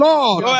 Lord